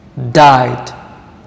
Died